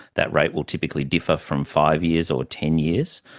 that rate will typically differ from five years or ten years,